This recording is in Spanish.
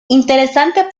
interesante